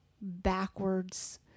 backwards